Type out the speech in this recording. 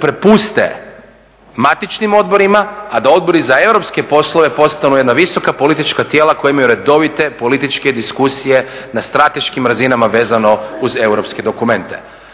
prepuste matičnim odborima, a da odbori za europske poslove postanu jedna visoka politička tijela koja imaju redovite političke diskusije na strateškim razinama vezano uz europske dokumente.